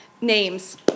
Names